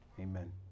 Amen